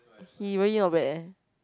he really not bad eh